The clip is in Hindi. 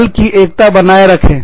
दल की एकता बनाए रखें